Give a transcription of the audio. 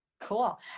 Cool